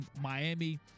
Miami